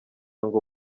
ngo